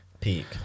Peak